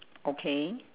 okay